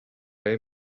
hem